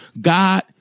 God